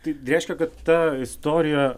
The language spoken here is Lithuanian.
tai reiškia kad ta istorija